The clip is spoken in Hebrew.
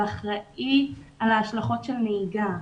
הוא אחראי על ההשלכות של הנהיגה.